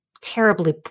terribly